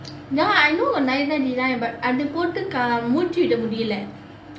now I know got nice nice design but அதை போட்டு மூச்சு விட முடியில்லை:athai poottu moochu vida mudiyillai